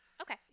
Okay